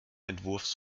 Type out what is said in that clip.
entwurfs